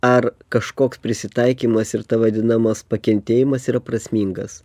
ar kažkoks prisitaikymas ir ta vadinamas pakentėjimas yra prasmingas